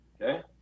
Okay